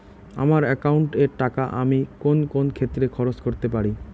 আমার একাউন্ট এর টাকা আমি কোন কোন ক্ষেত্রে খরচ করতে পারি?